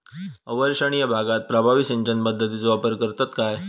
अवर्षणिय भागात प्रभावी सिंचन पद्धतीचो वापर करतत काय?